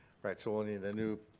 right. so we'll need a new.